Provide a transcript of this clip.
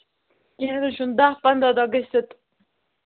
کیٚنٛہہ نہَ حظ چھُنہٕ دَہ پَنٛداہ دۄہ گٔژھِتھ